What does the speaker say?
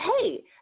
hey